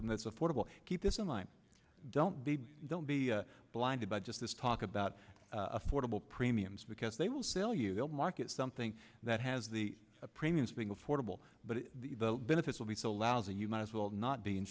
them that's affordable keep this in mind don't be don't be blinded by just this talk about affordable premiums because they will sell you the market something that has the premiums being affordable but the benefits will be so lousy you might as well not be in